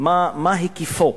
מה היקפו.